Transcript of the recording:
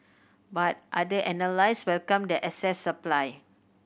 but other analysts welcomed the excess supply